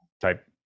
type